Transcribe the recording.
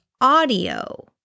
audio